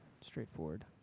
straightforward